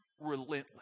relentless